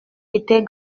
était